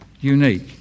unique